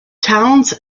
towns